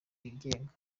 wigenga